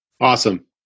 Awesome